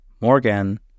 Morgan